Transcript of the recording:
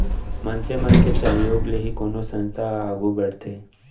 मनसे मन के सहयोग ले ही कोनो संस्था ह आघू बड़थे